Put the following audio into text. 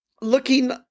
looking